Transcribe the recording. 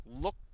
look